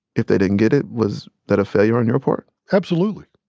if they didn't get it, was that a failure on your part? absolutely.